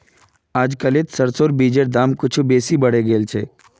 अजकालित सरसोर बीजेर दाम कुछू बेसी बढ़े गेल छेक